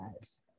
guys